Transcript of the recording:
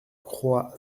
croix